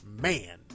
man